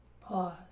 Pause